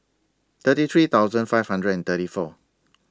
thirty three thousand five hundred and thirty four